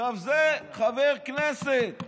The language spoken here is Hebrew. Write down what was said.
עכשיו, זה חבר כנסת.